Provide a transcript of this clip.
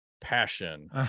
passion